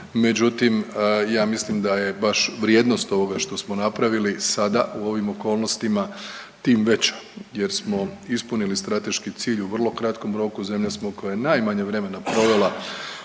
međutim, ja mislim da je baš vrijednost ovoga što smo napravili sada u ovim okolnostima tim veća jer smo ispunili strateški cilj u vrlo kratkom roku, zemlja smo koja je najmanje vremena provela